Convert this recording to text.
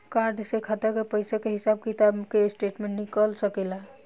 Card से खाता के पइसा के हिसाब किताब के स्टेटमेंट निकल सकेलऽ?